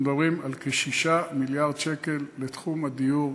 אנחנו מדברים על כ-6 מיליארד שקל לתחום הדיור,